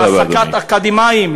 להעסקת אקדמאים,